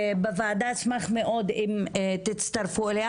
בוועדה אשמח מאוד אם תצטרפו אליה,